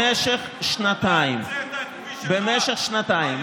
במשך שנתיים,